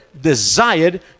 desired